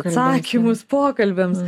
atsakymus pokalbiams